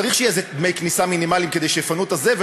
צריך שיהיו דמי כניסה מינימליים כדי שיפנו את הזבל,